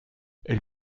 elle